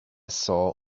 saw